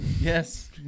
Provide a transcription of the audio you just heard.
Yes